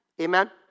Amen